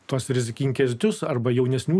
tuos rizikingesnius arba jaunesnių